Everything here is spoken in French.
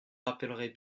rappellerez